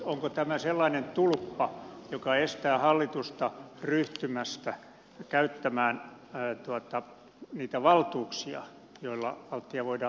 onko tämä sellainen tulppa joka estää hallitusta ryhtymästä käyttämään niitä valtuuksia joilla altia voidaan myydä